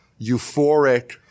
euphoric